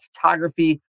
photography